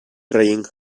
trying